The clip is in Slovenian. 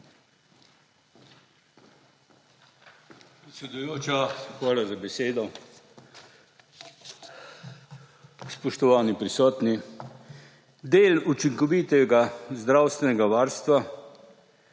hvala za besedo.